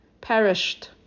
perished